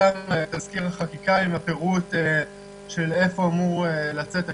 פורסם תזכיר החקיקה עם הפירוט של איפה אמור לצאת הכסף,